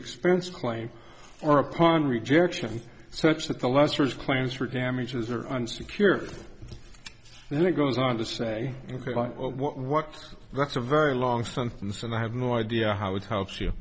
expense claim or upon rejection such that the lester's claims for damages are unsecured then it goes on to say ok i know what that's a very long sentence and i have no idea how it helps you